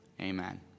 Amen